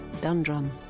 dundrum